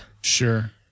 Sure